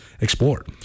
explored